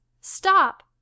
Stop